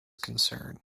concern